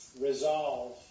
resolve